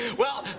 yeah well,